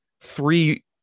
three